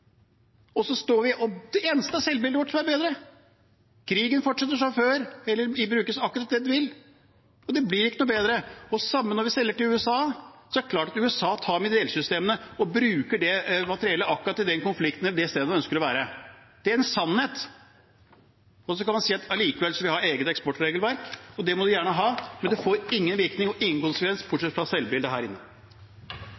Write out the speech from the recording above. selvbildet vårt blir bedre. Krigen fortsetter som før, de bruker akkurat det de vil, og det blir ikke noe bedre. Det samme når vi selger til USA – det er klart at USA bruker det materiellet de trenger i akkurat den konflikten eller på akkurat det stedet de ønsker å være. Det er en sannhet. Så kan man si at vi likevel skal ha vårt eget eksportregelverk. Det må vi gjerne ha, men det får ingen virkning, ingen konsekvens,